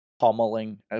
pummeling